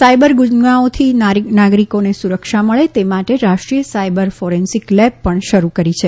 cyber ગુનાઓથી નાગરિકોને સુરક્ષા મળે તે માટે રાષ્ટ્રીય સાઈબર ફોરેન્સિક લેબ પણ શરૂ કરી છે